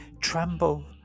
Tremble